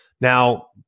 Now